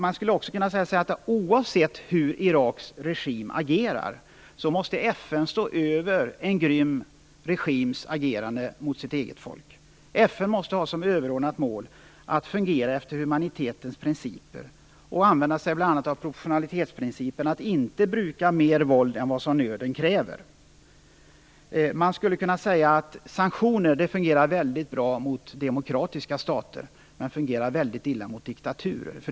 Man skulle också kunna säga att FN, oavsett hur Iraks regim agerar, måste stå över en grym regims agerande mot sitt eget folk. FN måste ha som överordnat mål att fungera efter humanitetens principer och använda sig av bl.a. proportionalitetsprincipen, att inte bruka mer våld än vad nöden kräver. Man skulle kunna säga att sanktioner fungerar väldigt bra mot demokratiska stater, men fungerar dåligt mot diktaturer.